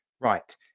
right